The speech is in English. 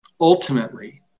Ultimately